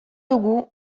dugu